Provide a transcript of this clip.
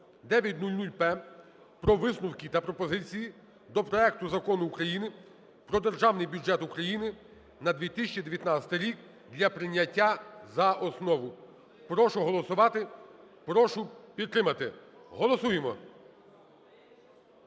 9000-П про висновки та пропозиції до проекту Закону України про Державний бюджет України на 2019 рік для прийняття за основу. Прошу голосувати, прошу підтримати. Голосуємо.